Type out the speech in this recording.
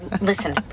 listen